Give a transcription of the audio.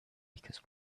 because